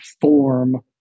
form